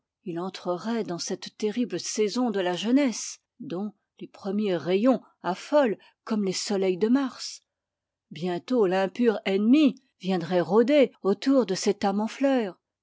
il entrerait dans cette terrible saison de la jeunesse dont les premiers rayons affolent comme les soleils de mars bientôt l'impure ennemie viendrait rôder autour de cette âme en fleur